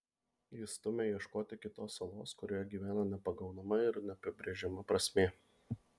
ji stumia ieškoti kitos salos kurioje gyvena nepagaunama ir neapibrėžiama prasmė